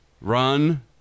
run